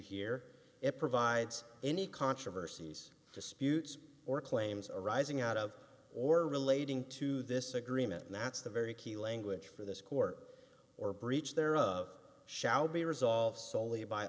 here it provides any controversies disputes or claims arising out of or relating to this agreement and that's the very key language for this court or breach thereof shall be resolved soley by